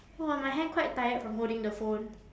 !wah! my hand quite tired from holding the phone